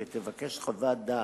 ותבקש חוות דעת,